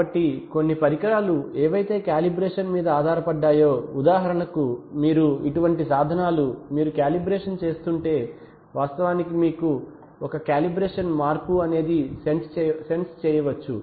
కాబట్టి కొన్ని పరికరాలు ఏవైతే కాలిబ్రేషన్ మీద ఆధార పడ్డాయో ఉదాహరణకు మీరు ఇటువంటి సాధనాలు మీరు కాలిబ్రేషన్ చేస్తుంటే వాస్తవానికి ఒక కాలిబ్రేషన్ మార్పు అనేది సెన్స్ చేయవచ్చు